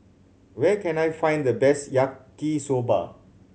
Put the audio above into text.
where can I find the best Yaki Soba